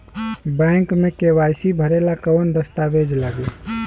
Bank मे KYC भरेला कवन दस्ता वेज लागी?